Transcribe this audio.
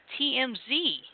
TMZ